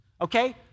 okay